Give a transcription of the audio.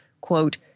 Quote